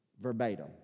verbatim